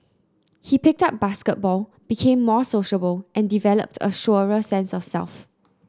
he picked up basketball became more sociable and developed a surer sense of self